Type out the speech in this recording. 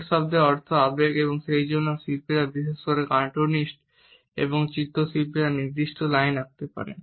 "affect" শব্দের অর্থ আবেগ এবং সেইজন্য শিল্পীরা বিশেষ করে কার্টুনিস্ট এবং চিত্রশিল্পীরা নির্দিষ্ট লাইন আঁকতে পারেন